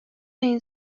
این